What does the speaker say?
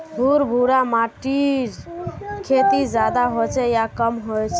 भुर भुरा माटिर खेती ज्यादा होचे या कम होचए?